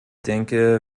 denke